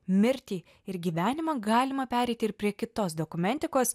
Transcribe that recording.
mirtį ir gyvenimą galima pereiti ir prie kitos dokumentikos